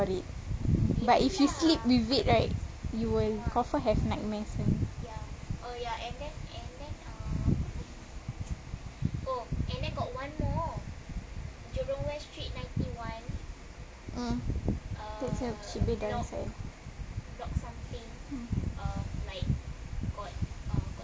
but if you sleep with it right you will confirm have nightmares [one] mm